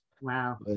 wow